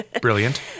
Brilliant